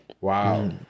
Wow